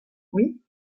oui